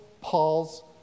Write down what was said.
Paul's